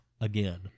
again